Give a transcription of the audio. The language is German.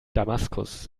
damaskus